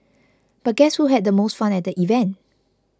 but guess who had the most fun at the event